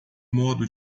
modo